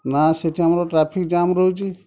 ନା ସେଠି ଆମର ଟ୍ରାଫିକ୍ ଜାମ୍ ରହୁଛି